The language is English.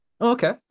Okay